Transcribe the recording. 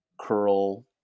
curl